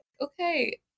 okay